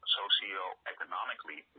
socioeconomically